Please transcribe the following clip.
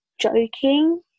joking